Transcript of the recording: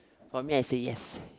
for me I say yes